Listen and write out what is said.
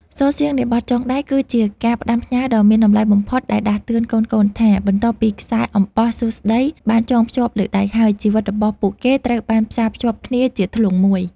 សូរសៀងនៃបទចងដៃគឺជាការផ្ដាំផ្ញើដ៏មានតម្លៃបំផុតដែលដាស់តឿនកូនៗថា បន្ទាប់ពីខ្សែអំបោះសួស្តីបានចងភ្ជាប់លើដៃហើយ ជីវិតរបស់ពួកគេត្រូវបានផ្សារភ្ជាប់គ្នាជាធ្លុងមួយ